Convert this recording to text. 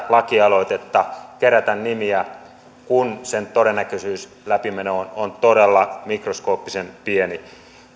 lakialoitetta kerätä nimiä kun sen todennäköisyys läpimenoon on todella mikroskooppisen pieni